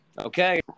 Okay